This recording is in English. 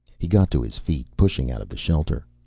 he got to his feet, pushing out of the shelter.